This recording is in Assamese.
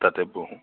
তাতে বহোঁ